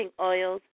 oils